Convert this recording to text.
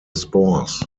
spores